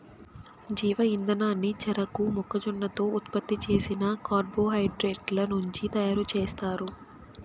జీవ ఇంధనాన్ని చెరకు, మొక్కజొన్నతో ఉత్పత్తి చేసిన కార్బోహైడ్రేట్ల నుంచి తయారుచేస్తారు